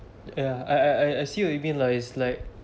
ya I I assume you mean you know it's like